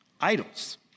idols